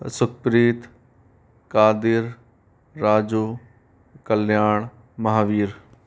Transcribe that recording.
Sukhpreet Kadir Raju Kalyan Mahavir